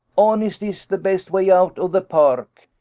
honesty is the best way out of the park.